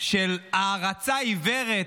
של הערצה עיוורת.